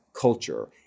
culture